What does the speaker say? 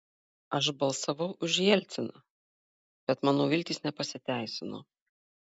aš balsavau už jelciną bet mano viltys nepasiteisino